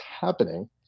happening